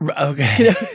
Okay